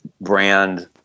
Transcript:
brand